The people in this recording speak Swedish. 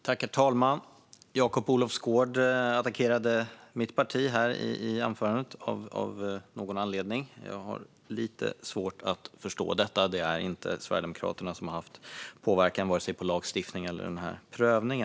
Herr talman! Jakob Olofsgård attackerade av någon anledning mitt parti i sitt anförande. Jag har lite svårt att förstå det, för Sverigedemokraterna har varken haft påverkan på lagstiftning eller prövning.